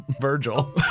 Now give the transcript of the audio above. Virgil